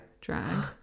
Drag